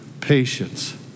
patience